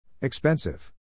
Expensive